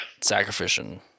sacrificing